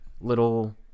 little